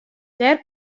dêr